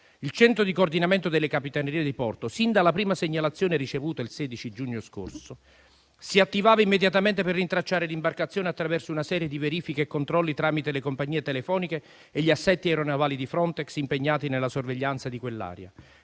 Il Centro di coordinamento delle capitanerie di porto, sin dalla prima segnalazione ricevuta il 16 giugno scorso, si attivava immediatamente per rintracciare l'imbarcazione attraverso una serie di verifiche e controlli tramite le compagnie telefoniche e gli assetti aeronavali di Frontex impegnati nella sorveglianza di quell'area,